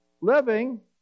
living